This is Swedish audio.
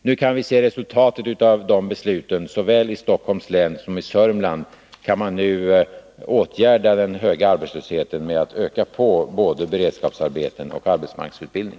Nu kan vi se resultatet av de besluten. Såväl i Stockholms som i Södermanlands län kan man nu åtgärda den höga arbetslösheten genom att öka både beredskapsarbeten och arbetsmarknadsutbildning.